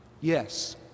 Yes